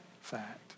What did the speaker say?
fact